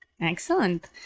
Excellent